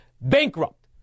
Bankrupt